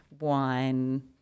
wine